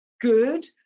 good